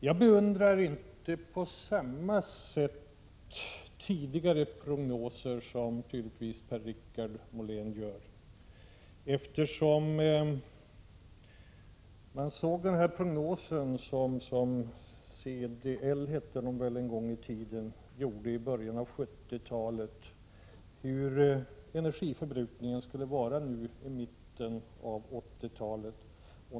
Jag beundrar inte tidigare prognoser på samma sätt som tydligen Per-Richard Molén gör. Jag tror att det var CDL som i början av 70-talet gjorde en prognos för hur energiförbrukningen skulle vara i mitten av 80-talet.